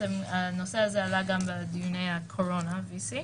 הנושא הזה עלה גם בדיוני הקורונה VC,